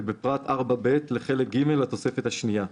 שבפרט 4ב לחלק ג' לתוספת השנייה."